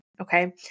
Okay